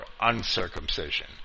uncircumcision